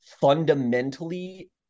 fundamentally